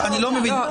אני לא מבין.